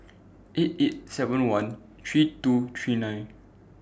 eight eight seven one three two three nine